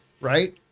right